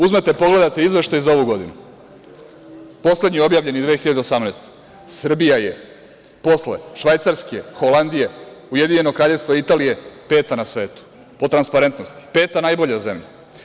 Uzmete pogledate izveštaj za ovu godinu, poslednji objavljeni iz 2018, Srbija je posle Švajcarske, Holandije, Ujedinjenog Kraljevstva i Italije peta na svetu po transparentnosti, peta najbolja zemlja.